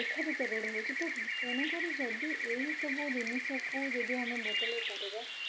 ଲେଖା ବି ଚାରିଆଡ଼େ ହେଉଛି ତ ତେଣୁକରି ଯଦି ଏହିସବୁ ଜିନିଷକୁ ଯଦି ଆମେ ବଦଳେଇ ପାରିବା